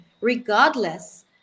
regardless